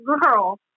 girl